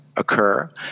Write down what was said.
Occur